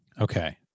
Okay